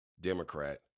Democrat